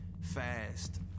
fast